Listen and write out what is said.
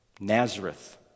Nazareth